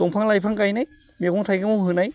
दंफां लाइफां गायनाय मैगं थाइगंआव होनाय